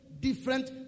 different